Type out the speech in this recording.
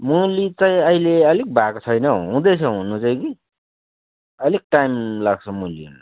मुली तै आहिले अलिक भएको छैनौँ हुँदैछ हुनु चाहिँ कि अलिक टाइम लाग्छ मुली हुनु चाहिँ